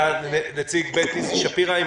אתה נציג בית איזי שפירא.